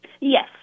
Yes